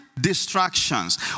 distractions